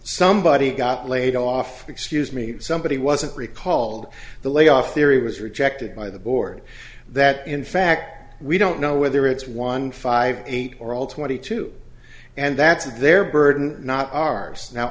somebody got laid off excuse me somebody wasn't recalled the lay off theory was rejected by the board that in fact we don't know whether it's one five eight or all twenty two and that's their burden not ours now